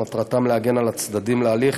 שמטרתם להגן על הצדדים להליך